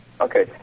Okay